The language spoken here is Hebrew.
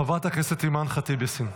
חברת הכנסת אימאן ח'טיב יאסין,